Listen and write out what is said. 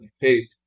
Hey